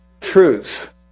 truth